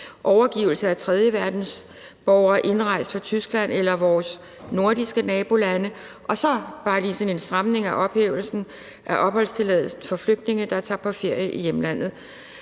overgivelse af tredjeverdensborgere indrejst fra Tyskland eller vores nordiske nabolande og så bare lige sådan en stramning med hensyn til opholdstilladelsen for flygtninge, der tager på ferie i hjemlandet.